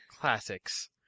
Classics